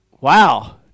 Wow